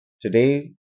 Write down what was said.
Today